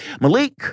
Malik